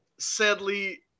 Sadly